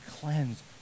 cleanse